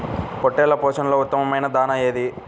పొట్టెళ్ల పోషణలో ఉత్తమమైన దాణా ఏది?